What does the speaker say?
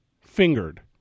fingered